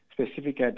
specific